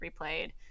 replayed